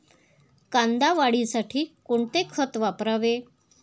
कांदा वाढीसाठी कोणते खत वापरावे?